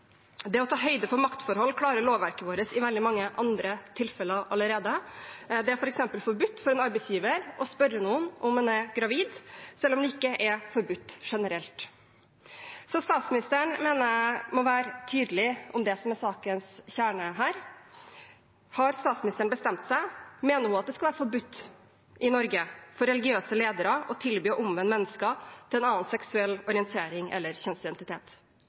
Det å ta høyde for maktforhold klarer lovverket vårt i veldig mange andre tilfeller allerede. Det er f.eks. forbudt for en arbeidsgiver å spørre noen om en er gravid, selv om det ikke er forbudt generelt. Jeg mener statsministeren må være tydelig om det som er sakens kjerne her. Har statsministeren bestemt seg? Mener hun at det skal være forbudt i Norge for religiøse ledere å tilby å omvende mennesker til en annen seksuell orientering eller kjønnsidentitet?